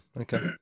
okay